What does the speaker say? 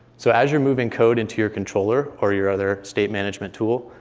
so as you're moving code into your controller or your other state management tool,